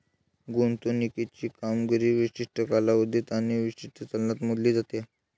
गुंतवणुकीची कामगिरी विशिष्ट कालावधीत आणि विशिष्ट चलनात मोजली जाते